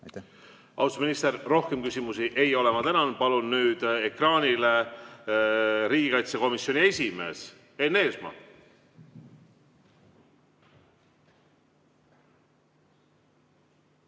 Austatud minister, rohkem küsimusi ei ole. Ma tänan! Palun nüüd ekraanile riigikaitsekomisjoni esimehe Enn Eesmaa.